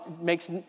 makes